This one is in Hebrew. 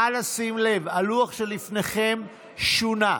נא לשים לב, הלוח שלפניכם שונה.